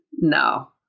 No